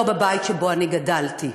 לא בבית שבו אני גדלתי.